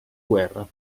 guerra